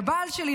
לבעל שלי,